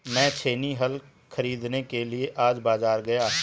मैं छेनी हल खरीदने के लिए आज बाजार गया